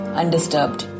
undisturbed